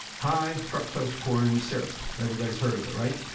high fructose corn syrup. everybody's heard of it, right?